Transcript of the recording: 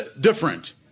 different